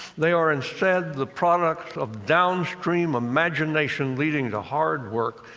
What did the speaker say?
they are instead the products of downstream imagination leading to hard work,